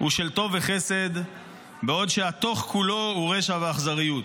הוא של טוב וחסד בעוד שהתוך כולו הוא רשע ואכזריות,